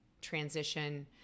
transition